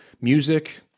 music